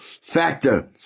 factor